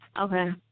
Okay